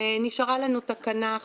נשארה לנו תקנה אחרונה,